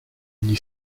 gli